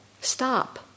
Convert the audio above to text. stop